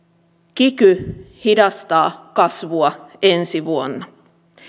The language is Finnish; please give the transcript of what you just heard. kiky hidastaa kasvua ensi vuonna